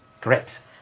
Great